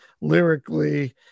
lyrically